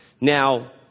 Now